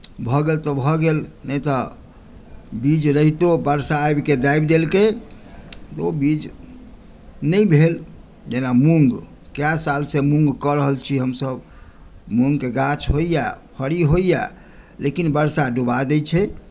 भऽ गेल तऽ भऽ गेल नहि तऽ बीज रहितो वर्षा आबिकेँ दाबि देलकै तऽ ओ बीज नहि भेल जेना मुँग कय साल सॅं मुँग कऽ रहल छी हमसभ मुँगकेँ गाँछ होइया फरी होइया लेकिन वर्षा डुबा दै छै